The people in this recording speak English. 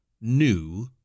New